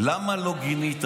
אני לא רוצה,